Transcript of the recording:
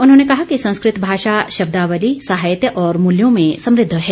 उन्होंने कहा कि संस्कृत भाषा शब्दावली साहित्य और मूल्यों में समद्ध है